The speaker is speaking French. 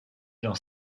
dans